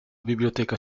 biblioteca